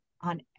on